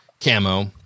camo